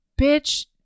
bitch